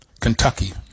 Kentucky